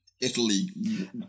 italy